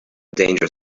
danger